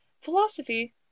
Philosophy